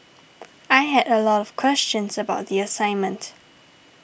I had a lot of questions about the assignment